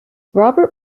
robert